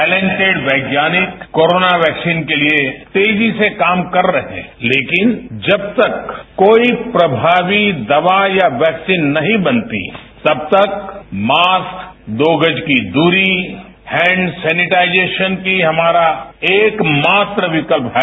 talented वैज्ञानिक corona vaccine के लिए तेजी से काम कर रहे हैं लेकिन जब तक कोई प्रभावी दवा या वैक्सीन नहीं बनती तब तक मास्क दो गज की दूरी हैंड सैनिटाइजेशन ही हमारा एक मात्र विकल्प है